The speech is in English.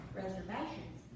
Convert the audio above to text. reservations